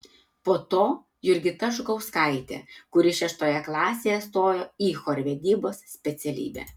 po to jurgita žukauskaitė kuri šeštoje klasėje stojo į chorvedybos specialybę